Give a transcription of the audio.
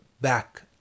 back